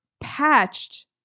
patched